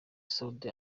soudi